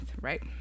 right